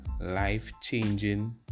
life-changing